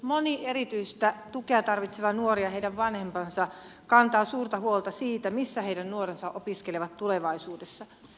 moni erityistä tukea tarvitseva nuori ja heidän vanhempansa kantaa suurta huolta siitä missä heidän nuorensa opiskelevat tulevaisuudessa